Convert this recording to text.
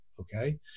okay